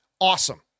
awesome